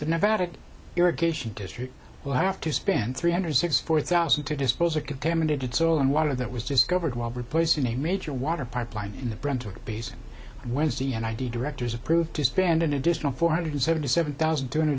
the nevada irrigation district will have to spend three hundred sixty four thousand to dispose of contaminated soil and water that was discovered while replacing a major water pipeline in the brentwood beason wednesday and id directors approved to spend an additional four hundred seventy seven thousand two hundred